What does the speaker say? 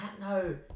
no